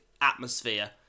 atmosphere